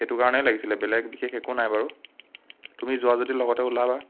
সেইটো কাৰণেই লাগিছিলে বেলেগ বিশেষ একো নাই বাৰু তুমি যোৱা যদি লগতে ওলাবা